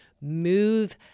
move